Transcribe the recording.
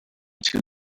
two